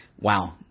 wow